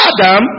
Adam